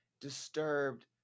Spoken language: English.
disturbed